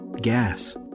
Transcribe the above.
gas